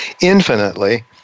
infinitely